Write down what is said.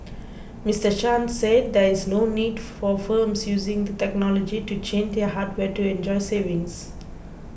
Mr Chen said there is no need for firms using the technology to change their hardware to enjoy savings